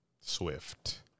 Swift